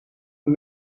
een